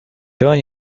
turn